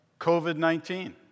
COVID-19